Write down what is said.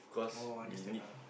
oh I understand now